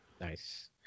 nice